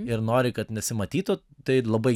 ir nori kad nesimatytų tai labai